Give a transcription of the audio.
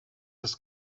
his